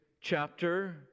chapter